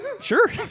Sure